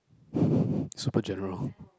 super general